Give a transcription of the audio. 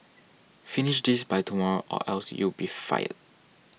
finish this by tomorrow or else you'll be fired